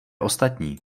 ostatní